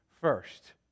first